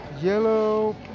yellow